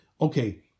okay